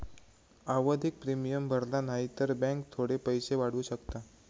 आवधिक प्रिमियम भरला न्हाई तर बॅन्क थोडे पैशे वाढवू शकता